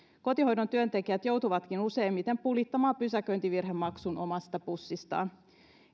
kotihoidon työntekijät joutuvatkin useimmiten pulittamaan pysäköintivirhemaksun omasta pussistaan